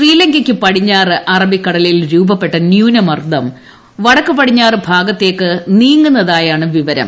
ശ്രീല്ലങ്കയ്ക്കു പടിഞ്ഞാറ് അറബിക്കടലിൽ രൂപപ്പെട്ട ന്യൂനമർദ്ദം പ്പൂട്ടിക്കുപ്പടിഞ്ഞാറ് ഭാഗത്തേക്ക് നീങ്ങുന്നതായാണു വിവരം